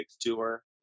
tour